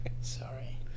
Sorry